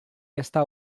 esta